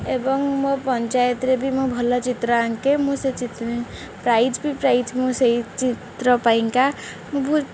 ଏବଂ ମୋ ପଞ୍ଚାୟତରେ ବି ମୋ ଭଲ ଚିତ୍ର ଆଙ୍କେ ମୁଁ ସେ ଚିତ୍ର ପ୍ରାଇଜ୍ ବି ପ୍ରାଇଜ୍ ମୁଁ ସେଇ ଚିତ୍ର ପାଇଁକା ମୁଁ ବହୁତ